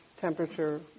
temperature